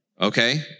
Okay